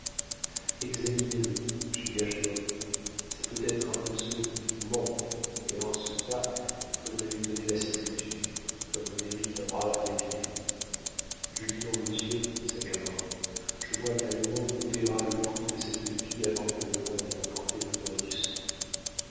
examinez le chingachgook c'est peut-être un de ceux qui vous manquent et en ce cas il faudrait lui donner la sépulture comme le mérite un brave guerrier je lis dans vos yeux sagamore je vois qu'un huron vous paiera le prix de cette vie avant que le vent ait emporte l'odeur du sang